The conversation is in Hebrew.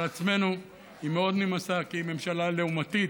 על עצמנו היא מאוד נמאסה, כי היא ממשלה לעומתית.